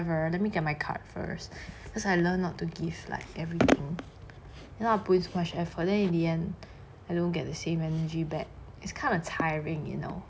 and let me get my card first as I learnt not to give like everything and we put in so much effort and in the end I don't get the same energy back it's kind of tiring you know